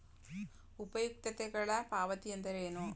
ಉಪಯುಕ್ತತೆಗಳ ಪಾವತಿ ಎಂದರೇನು?